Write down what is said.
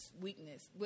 weakness